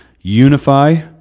Unify